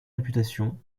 réputation